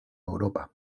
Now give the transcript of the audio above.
europa